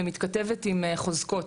ומכתבת עם חוזקות.